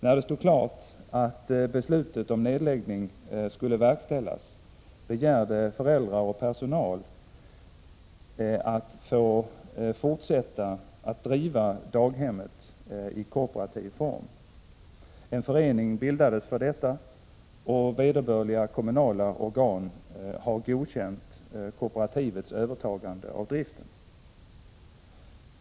När det stod klart att beslutet om nedläggning skulle verkställas begärde föräldrar och personal att få fortsätta att driva daghemmet i kooperativ form. En förening bildades för detta, och vederbörliga kommunala organ har godkänt kooperativets övertagande av driften.